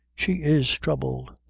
she is troubled,